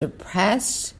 depressed